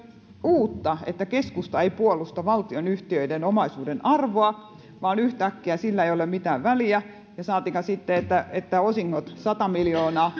uutta että keskusta ei puolusta valtionyhtiöiden omaisuuden arvoa vaan yhtäkkiä sillä ei ole mitään väliä saatikka sitten että että osingot sata miljoonaa